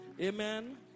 Amen